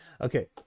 Okay